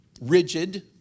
rigid